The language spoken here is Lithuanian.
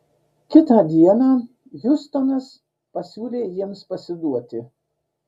kitą dieną hiustonas pasiūlė jiems pasiduoti